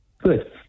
Good